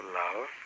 love